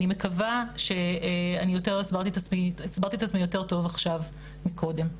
אני מקווה שאני הסברתי את עצמי יותר טוב עכשיו ממקודם.